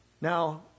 Now